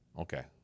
Okay